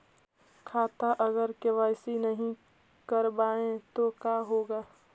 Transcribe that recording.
खाता अगर के.वाई.सी नही करबाए तो का होगा?